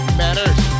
matters